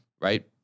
right